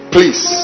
Please